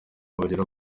bagera